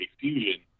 Fusion